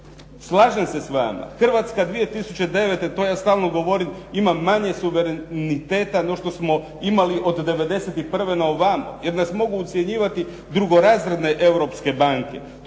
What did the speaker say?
Slažem se s vama, Hrvatska 2009. to ja stalno govorim ima manje suvereniteta no što smo imali od 91. na ovamo jer nas mogu ucjenjivati drugorazredne europske banke.